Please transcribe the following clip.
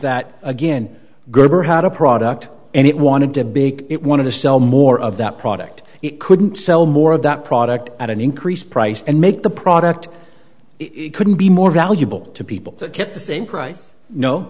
that again gerber had a product and it wanted to big it wanted to sell more of that product it couldn't sell more of that product at an increased price and make the product it couldn't be more valuable to people that kept the same price kno